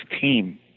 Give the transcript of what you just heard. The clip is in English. team